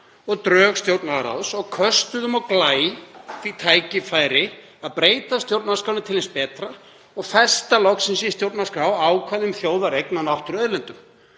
og drög stjórnlagaráðs og köstuðum á glæ því tækifæri að breyta stjórnarskránni til hins betra og festa loksins í stjórnarskrá ákvæði um þjóðareign á náttúruauðlindum.